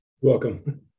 Welcome